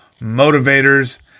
motivators